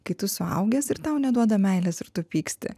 kai tu suaugęs ir tau neduoda meilės ir tu pyksti